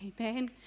Amen